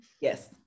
Yes